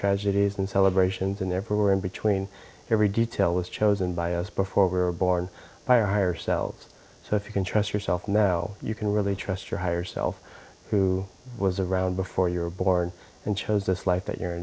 tragedies and celebrations and there were in between every detail was chosen by us before we were born by our higher selves so if you can trust yourself now you can really trust your higher self who was around before you were born and chose this life that you